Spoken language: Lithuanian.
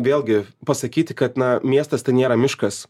vėlgi pasakyti kad na miestas tai nėra miškas